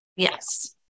Yes